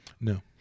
No